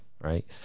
right